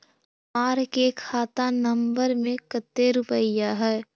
हमार के खाता नंबर में कते रूपैया है?